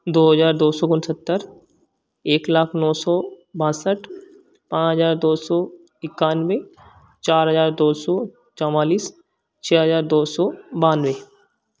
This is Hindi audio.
दो हजार दो सौ उनहत्तर एक लाख नौ सौ बासठ पाँच हजार दो सौ इक्यानबे चार हजार दो सौ चौवालीस छ हजार दो सौ बानवे